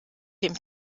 dem